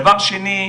דבר שני,